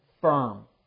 firm